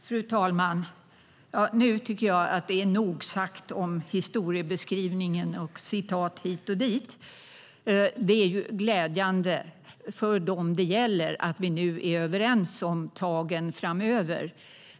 Fru talman! Nu tycker jag att det är nog sagt om historieskrivningen och citat hit och dit. Det är ju glädjande för dem det gäller att vi nu är överens om tagen framöver.